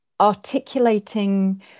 articulating